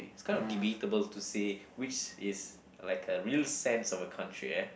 it's kind of debatable to say which is like a real sense of a country eh